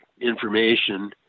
information